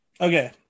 okay